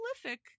prolific